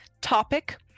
topic